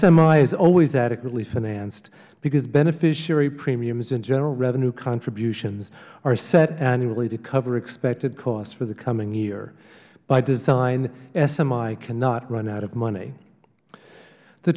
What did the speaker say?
is always adequately financed because beneficiary premiums and general revenue contributions are set annually to cover expected costs for the coming year by design smi cannot run out of money t